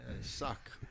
Suck